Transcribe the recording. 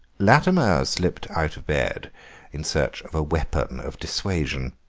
latimer slipped out of bed in search of a weapon of dissuasion.